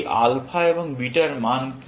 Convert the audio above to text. এই আলফা এবং বিটার মান কি